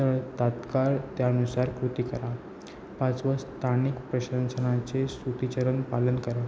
तर तात्काळ त्यानुसार कृती करा पाचवं स्थानिक प्रशासनांचे सूतीचरण पालन करा